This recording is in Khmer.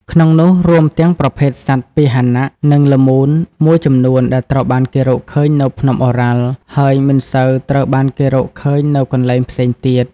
ក្នុងនោះ រួមទាំងប្រភេទសត្វពាហន និងល្មូនមួយចំនួនដែលត្រូវបានគេរកឃើញនៅភ្នំឱរ៉ាល់ ហើយមិនសូវត្រូវបានគេរកឃើញនៅកន្លែងផ្សេងទៀត។